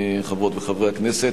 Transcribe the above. חברות וחברי הכנסת,